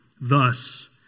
Thus